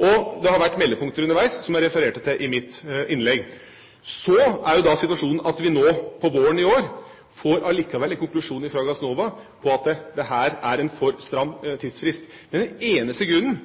og det har vært meldepunkter underveis, som jeg refererte til i mitt innlegg. Så er jo da situasjonen at vi nå på våren i år allikevel får en konklusjon fra Gassnova på at dette er en for stram tidsfrist. Den eneste grunnen